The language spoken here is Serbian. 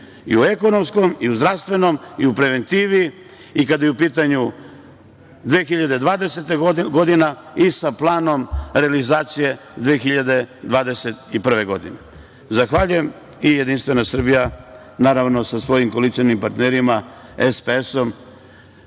i u ekonomskom i u zdravstvenom i u preventivi i kada je u pitanju 2020. godina i sa planom realizacije 2021. godine. Zahvaljujem i Jedinstvena Srbija sa svojim koalicionom partnerima SPS-om